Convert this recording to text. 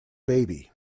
baby